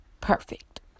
perfect